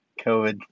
COVID